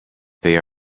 they